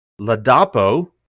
Ladapo